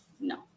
No